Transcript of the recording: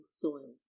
soil